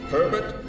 Herbert